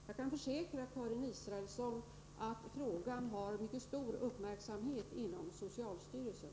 Jag kan försäkra Karin Israelsson att frågan har uppmärksammats inom socialstyrelsen.